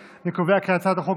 ההצעה להעביר את הצעת חוק